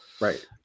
Right